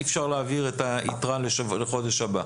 אי אפשר להעביר את היתרה לחודש הבא.